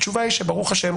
התשובה היא: ברוך השם,